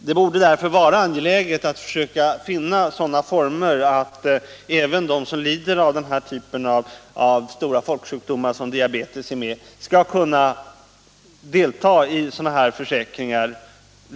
Det borde därför vara angeläget att försöka finna sådana former att även de som lider av sådana folksjukdomar som diabetes regelmässigt skall kunna delta i sådana här försäkringar.